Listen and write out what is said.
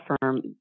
firm